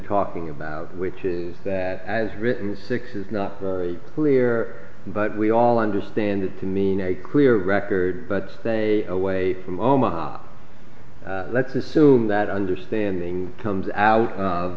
talking about which is that as written six is not very clear but we all understand it to mean a clear record but they away from omaha let's assume that understanding comes out